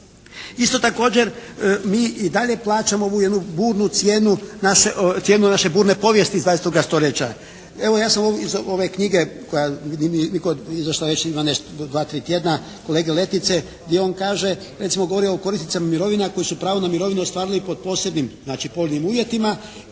Isto također mi i dalje plaćamo ovu jednu burnu cijenu naše, cijenu naše burne povijesti iz 20. stoljeća. Evo ja sam iz ove knjige koja vidim i kod, izašla nešto ima već dva, tri tjedna, kolege Letice gdje on kaže, recimo govori o korisnicima mirovina koji su pravo na mirovinu ostvarili pod posebnim znači povoljnim uvjetima